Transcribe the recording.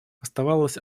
оставалась